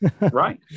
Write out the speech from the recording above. right